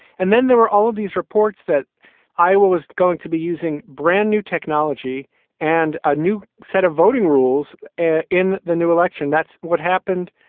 and then there were all of these reports that iowa was going to be using brand new technology and a new set of voting rules in the new election. that's what happened.